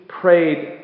prayed